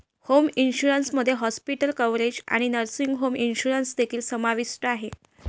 home insurance मध्ये hospital coverage आणि nursing home insurance देखील समाविष्ट आहे